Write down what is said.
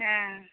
हेँ